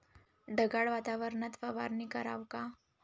ढगाळ वातावरनात फवारनी कराव का?